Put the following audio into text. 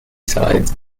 sides